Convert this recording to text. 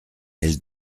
elle